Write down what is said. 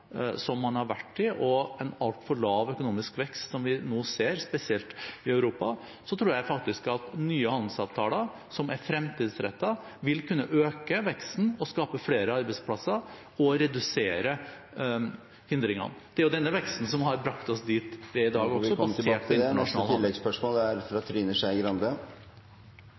som man har vært i, og en altfor lav økonomisk vekst, som vi nå ser, spesielt i Europa, tror jeg at nye handelsavtaler som er fremtidsrettede, vil kunne øke veksten, skape flere arbeidsplasser og redusere hindringene. Det er denne veksten som har brakt oss dit vi er i dag også, basert på internasjonal handel. Vi får komme tilbake til det. Trine Skei Grande